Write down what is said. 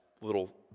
little